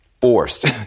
forced